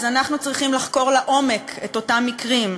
אז אנחנו צריכים לחקור לעומק את אותם מקרים,